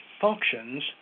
functions